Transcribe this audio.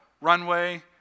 runway